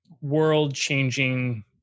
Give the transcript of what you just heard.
world-changing